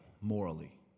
morally